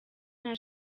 nta